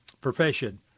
profession